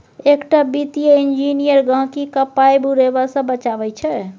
एकटा वित्तीय इंजीनियर गहिंकीक पाय बुरेबा सँ बचाबै छै